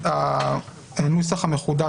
"גוף המנוי